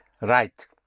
right